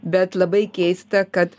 bet labai keista kad